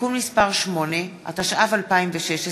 (תיקון מס' 8), התשע"ו 2016,